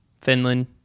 Finland